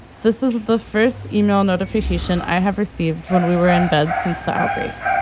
this is the first yeah e-mail notification i have received when we were in bed since the outbreak.